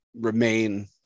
remain